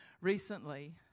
recently